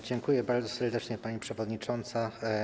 Dziękuję bardzo serdecznie, pani przewodnicząca.